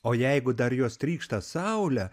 o jeigu dar jos trykšta saule